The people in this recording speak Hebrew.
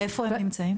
איפה הם נמצאים?